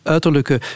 Uiterlijke